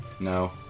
No